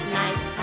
night